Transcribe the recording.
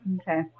Okay